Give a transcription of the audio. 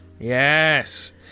Yes